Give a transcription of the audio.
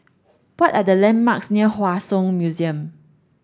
what are the landmarks near Hua Song Museum